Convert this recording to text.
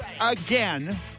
Again